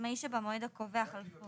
(ה)עצמאי שבמועד הקובע חלפו